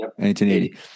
1980